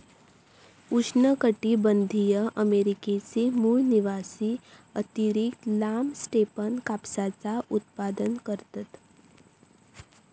उष्णकटीबंधीय अमेरिकेचे मूळ निवासी अतिरिक्त लांब स्टेपन कापसाचा उत्पादन करतत